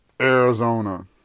arizona